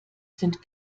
sind